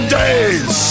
days